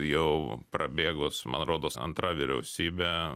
jau prabėgus man rodos antra vyriausybe